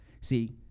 See